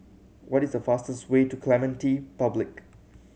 what is the fastest way to Clementi Public